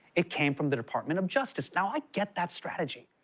it came from the department of justice. now, i get that strategy.